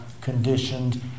conditioned